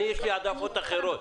יש לי העדפות אחרות.